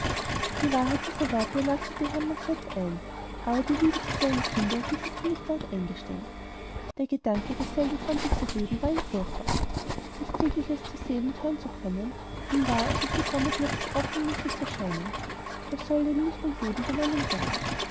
die wahrheit dieser worte leuchtete herrn macket ein aber die liebe zu seinem kinde ließ es ihn nicht laut eingestehen der gedanke dasselbe von sich zu geben war ihm furchtbar nicht täglich es sehen und hören zu können ihm war als ob die sonne plötzlich aufhören müsse zu scheinen als solle ihm licht und leben genommen werden